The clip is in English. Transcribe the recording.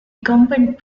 incumbent